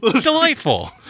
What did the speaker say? Delightful